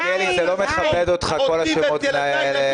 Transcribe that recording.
מלכיאלי, זה לא מכבד אותך כל שמות הגנאי האלה.